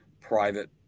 private